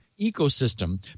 ecosystem